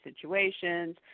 situations